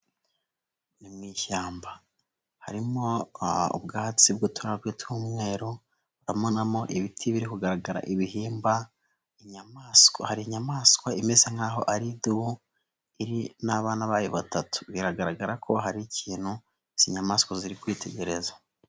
Ni mu ishyamba, harimo ubwatsi bw'uturabyo tw'umweru, urarabonamo ibiti biri kugaragara ibihimba, hari inyamaswa imeze nk'aho ari idubu, iri n'abana bayo batatu, biragaragara ko hari ikintu izi nyamaswa ziri kwitegereza.